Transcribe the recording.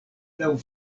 laŭ